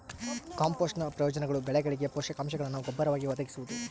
ಕಾಂಪೋಸ್ಟ್ನ ಪ್ರಯೋಜನಗಳು ಬೆಳೆಗಳಿಗೆ ಪೋಷಕಾಂಶಗುಳ್ನ ಗೊಬ್ಬರವಾಗಿ ಒದಗಿಸುವುದು